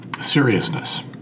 seriousness